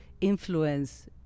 influence